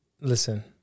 Listen